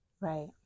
Right